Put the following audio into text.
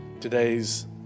Today's